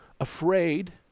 afraid